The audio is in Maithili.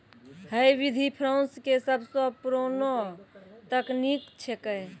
है विधि फ्रांस के सबसो पुरानो तकनीक छेकै